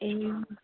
ए